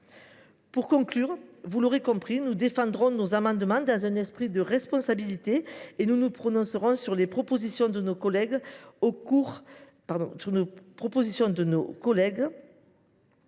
Pour conclure, vous l’aurez compris, nous défendrons nos amendements dans un esprit de responsabilité et nous nous prononcerons sur les propositions de nos collègues au cours des prochains jours,